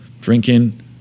Drinking